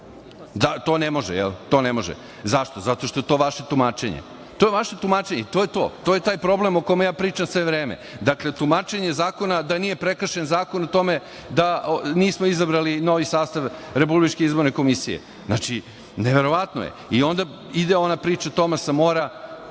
To ne može? Jel? Zašto? Zato što je to vaše tumačenje. To je vaše tumačenje i to je to. To je taj problem o kome ja pričam sve vreme. Dakle, tumačenje zakona da nije prekršen zakon o tome da nismo izabrali novi sastav RIK-a. Znači, neverovatno je. I onda ide ona priča Tomasa Mora,